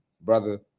brother